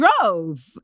drove